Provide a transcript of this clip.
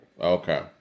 Okay